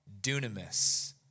dunamis